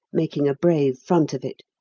making a brave front of it.